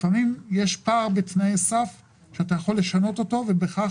לפעמים יש פער בתנאי הסף שאתה יכול לשנות ובכך